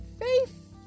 Faith